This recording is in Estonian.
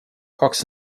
kaks